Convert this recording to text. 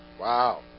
Wow